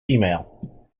email